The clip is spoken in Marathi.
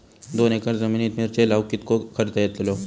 दोन एकर जमिनीत मिरचे लाऊक कितको खर्च यातलो?